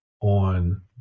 on